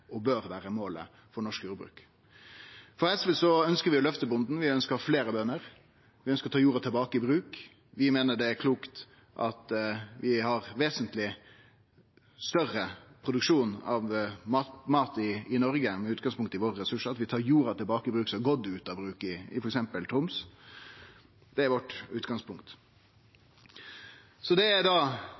og bør vere målet for norsk jordbruk. SV ønskjer å løfte bonden. Vi ønsker å ha fleire bønder. Vi ønskjer å ta jorda tilbake i bruk. Vi meiner det er klokt å ha vesentleg større produksjon av mat i Noreg med utgangspunkt i ressursane våre, at vi tar tilbake i bruk jorda som har gått ut av bruk, i f.eks. Troms. Det er utgangspunktet vårt. Det er det